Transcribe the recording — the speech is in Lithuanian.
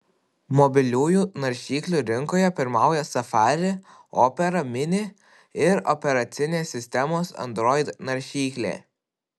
mobiliųjų naršyklių rinkoje pirmauja safari opera mini ir operacinės sistemos android naršyklė